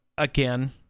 Again